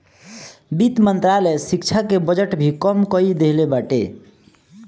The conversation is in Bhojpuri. वित्त मंत्रालय शिक्षा के बजट भी कम कई देहले बाटे